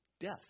Death